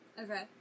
Okay